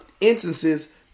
instances